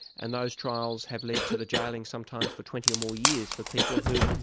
and those trials have led to the jailing, sometimes for twenty or more years, for people who,